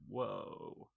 whoa